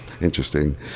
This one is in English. interesting